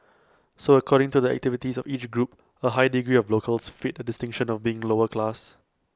so according to the activities of each group A high degree of locals fit the distinction of being lower class